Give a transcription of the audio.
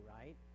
right